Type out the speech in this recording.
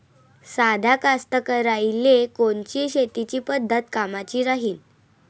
साध्या कास्तकाराइले कोनची शेतीची पद्धत कामाची राहीन?